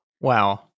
wow